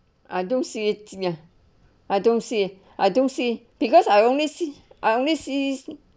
I don't see ya I don't see I don't see because I only see eye only see